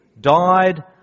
died